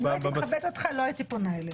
אם לא הייתי מכבדת אותך, לא הייתי פונה אליך.